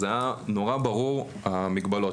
זה היה נורא ברור המגבלות.